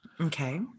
Okay